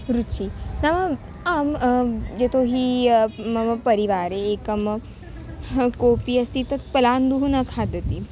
रुचिः आम् आं यतोहि मम परिवारे एकं ह् कोपि अस्ति तत् पलाण्डुं न खादति